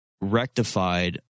rectified